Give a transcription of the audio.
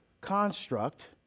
construct